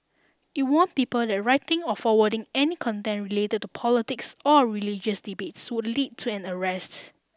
it warned people that writing or forwarding any content related to politics or religious debates would lead to an arrests